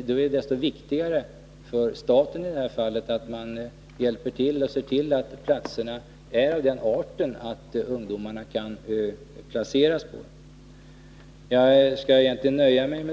det desto viktigare för staten att i det här fallet hjälpa till och se till att platserna är av den arten att ungdomarna kan placeras på dem.